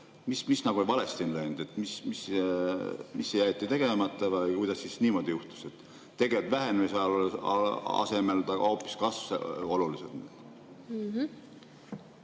Mis on nagu valesti läinud? Mis jäeti tegemata või kuidas siis niimoodi juhtus, et vähenemise asemel ta hoopis kasvas oluliselt?